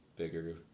Bigger